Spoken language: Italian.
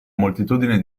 moltitudine